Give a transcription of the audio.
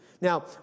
Now